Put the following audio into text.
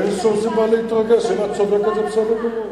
אין מה להתרגש, אם את צודקת, זה בסדר גמור.